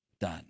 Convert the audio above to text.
done